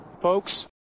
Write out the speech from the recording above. folks